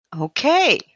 Okay